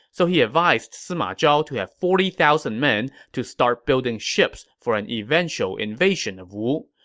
so he advised sima zhao to have forty thousand men to start building ships for an eventual invasion of wu.